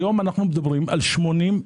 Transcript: היום אנחנו מדברים על 80:20,